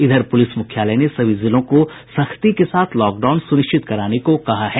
इधर पुलिस मुख्यालय ने सभी जिलों को सख्ती के साथ लॉकडाउन सुनिश्चित कराने को कहा है